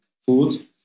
food